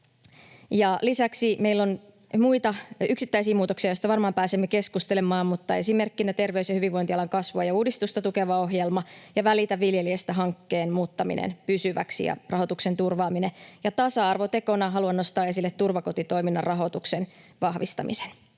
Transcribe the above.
Lisäksi meillä on muita yksittäisiä muutoksia, joista varmaan pääsemme keskustelemaan, mutta esimerkkinä terveys- ja hyvinvointialan kasvua ja uudistusta tukeva ohjelma ja Välitä viljelijästä -hankkeen muuttaminen pysyväksi ja sen rahoituksen turvaaminen. Ja tasa-arvotekona haluan nostaa esille turvakotitoiminnan rahoituksen vahvistamisen.